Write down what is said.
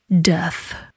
death